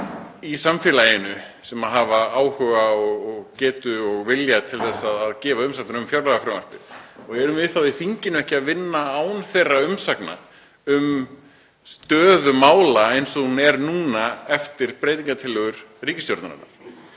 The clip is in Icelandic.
í samfélaginu sem hafa áhuga og getu og vilja til að gefa umsagnir um fjárlagafrumvarpið? Erum við í þinginu þá ekki að vinna án þeirra umsagna um stöðu mála eins og hún er núna eftir breytingartillögur ríkisstjórnarinnar?